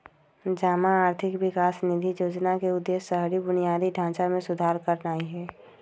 जमा आर्थिक विकास निधि जोजना के उद्देश्य शहरी बुनियादी ढचा में सुधार करनाइ हइ